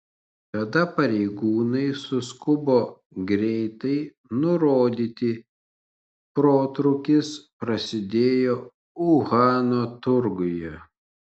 tada pareigūnai suskubo greitai nurodyti protrūkis prasidėjo uhano turguje